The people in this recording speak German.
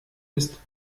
ist